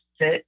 sit